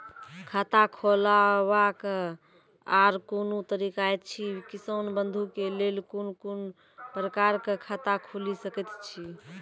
खाता खोलवाक आर कूनू तरीका ऐछि, किसान बंधु के लेल कून कून प्रकारक खाता खूलि सकैत ऐछि?